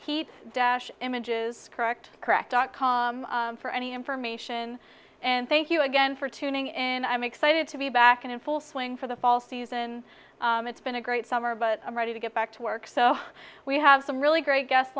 heat dash images correct correct dot com for any information and thank you again for tuning in i'm excited to be back in full swing for the fall season it's been a great summer but i'm ready to get back to work so we have some really great gues